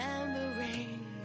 remembering